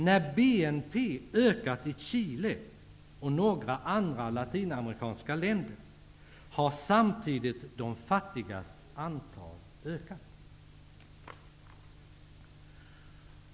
När BNP ökat i Chile och några andra latinamerikanska länder har samtidigt de fattigas antal ökat.